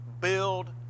build